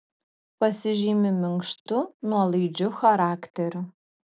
pasižymi minkštu nuolaidžiu charakteriu